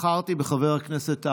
בחרתי בחבר הכנסת האוזר,